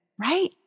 right